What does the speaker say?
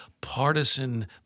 partisan